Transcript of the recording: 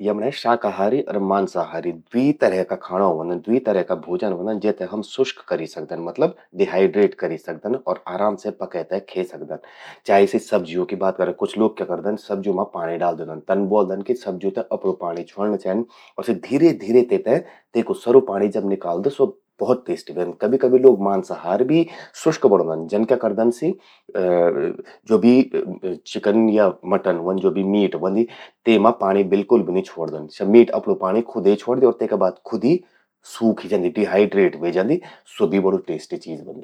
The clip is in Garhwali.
यमण्ये शाकाहारी अर मांसाहारी द्वी तरह का खाणों व्हंदन, द्वी तरह का भोजन ह्वंदन जेते हम शुष्क करी सकदन मतलब डिहाईड्रेट करी सकदन अर आराम से पकै ते खे सकदन। चाहे सी सब्ज्यों की बात करा, कुछ लोग क्या करदन सब्ज्यों मां पाणि डाल द्योंदन। तन ब्वोल्दन कि सब्ज्यों ते अपणूं पाणी छ्वोंण्ण चेंद। सी धीरे धीरे तेते तेकु सरु पाणी जब निकल्द स्वो भौत टेस्टी ह्वंद। कभी कभी लोग मांसाहार भी शुष्क बणौंदन। जन क्या करदन सि ज्वो भी चिकन या मटन ह्वंद, ज्वो भी मीट ह्वोंदि तेमा पाणी बिल्कुल भी नि छ्वोड़दन। स्या मीट अपणूं पाणी खुदे छ्वोण द्यो तेका बाद खुद ही सूखी जंदि, डिहाइड्रेट ह्वे जंदि। स्वो भी बड़ु टेस्टी चीज ह्वोंदि।